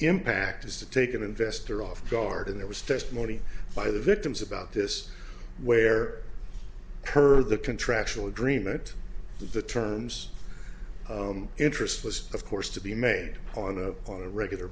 impact is to take an investor off guard and there was testimony by the victims about this where per the contractual agreement the terms interest was of course to be made on a on a regular